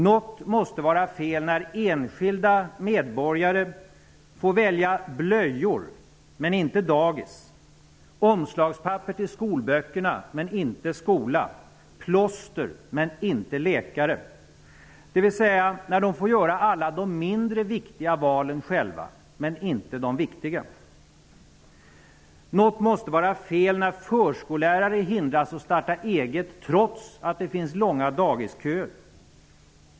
Något måste vara fel när enskilda medborgare får välja blöjor men inte dagis, omslagspapper till skolböckerna men inte skola, plåster men inte läkare -- dvs. när de får göra alla de mindre viktiga valen själva men inte de viktiga. Något måste vara fel när förskollärare hindras från att starta eget, trots att det finns långa dagisköer.